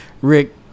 Rick